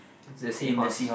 that's the sea horse